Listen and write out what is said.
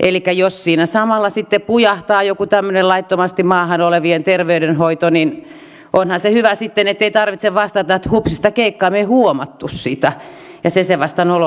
elikkä jos siinä samalla sitten pujahtaa joku tämmöinen laittomasti maassa olevien terveydenhoito niin onhan se hyvä sitten ettei tarvitse vastata että hupsistakeikkaa me emme huomanneet sitä se se vasta noloa on